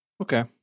Okay